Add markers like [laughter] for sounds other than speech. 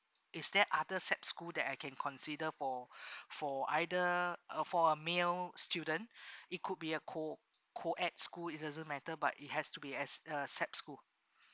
is that other sap school that I can consider for [breath] for either uh for a male student it could be a co co ed school it doesn't matter but it has to be a uh sap school